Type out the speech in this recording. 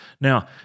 Now